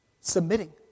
Submitting